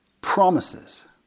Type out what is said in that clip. promises